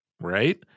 right